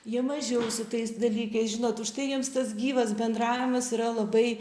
jie mažiau su tais dalykais žinot užtai jiems tas gyvas bendravimas yra labai